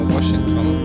Washington